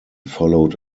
followed